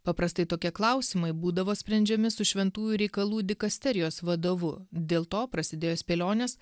paprastai tokie klausimai būdavo sprendžiami su šventųjų reikalų dikasterijos vadovu dėl to prasidėjo spėlionės